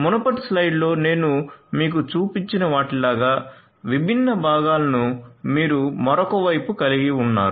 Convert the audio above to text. మునుపటి స్లైడ్లో నేను మీకు చూపించిన వాటిలాంటి విభిన్న భాగాలను మీరు మరొక వైపు కలిగి ఉన్నారు